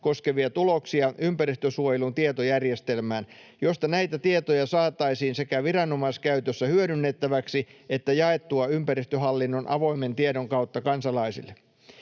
koskevia tuloksia ympäristösuojelun tietojärjestelmään, josta näitä tietoja saataisiin sekä viranomaiskäytössä hyödynnettäväksi että jaettua ympäristöhallinnon avoimen tiedon kautta kansalaisille.